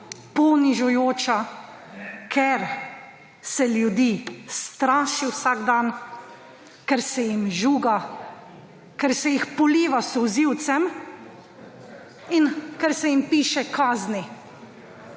ponižujoča, ker se ljudi straši vsak dan, ker se jim žuga, ker se jih poliva s solzivcem in ker se jim piše kazni.